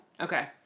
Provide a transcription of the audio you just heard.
Okay